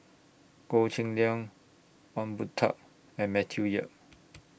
Goh Cheng Liang Ong Boon Tat and Matthew Yap